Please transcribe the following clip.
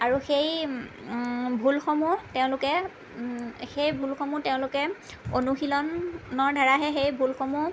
আৰু সেই ভুলসমূহ তেওঁলোকে সেই ভুলসমূহ তেওঁলোকে অনুশীলনৰ দ্বাৰাহে সেই ভুলসমূহ